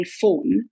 phone